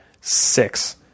six